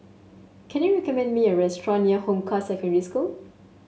can you recommend me a restaurant near Hong Kah Secondary School